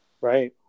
right